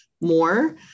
more